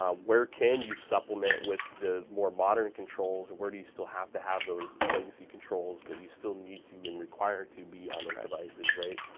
ah where can you supplement with the more modern controls? where do you still have to have those legacy controls that you still need to and require to be on those devices?